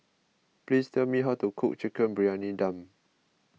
please tell me how to cook Chicken Briyani Dum